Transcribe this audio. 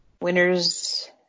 winners